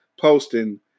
posting